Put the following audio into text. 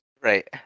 Right